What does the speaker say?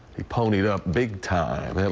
he ponied up big time.